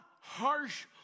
harsh